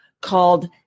called